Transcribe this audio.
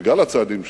בגלל הצעדים שנקטנו,